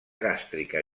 gàstrica